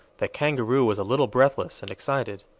the kangaroo was a little breathless and excited.